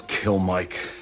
kill mike